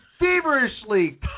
feverishly